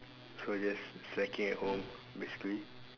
so just slacking at home basically